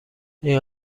این